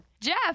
Jeff